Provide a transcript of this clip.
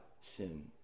sin